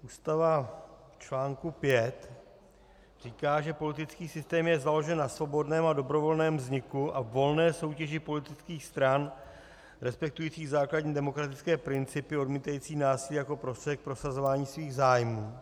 Ústava v článku 5 říká, že politický systém je založen na svobodném a dobrovolném vzniku a volné soutěži politických stran respektujících základní demokratické principy odmítající násilí jako prostředek k prosazování svých zájmů.